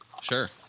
Sure